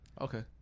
Okay